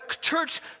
church